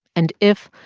and if,